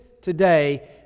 today